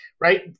right